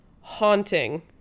haunting